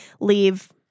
leave